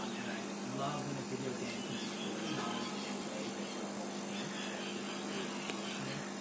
um and i love when a video game can be story telling in a way that a book can't. that's just really cool to me.